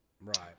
right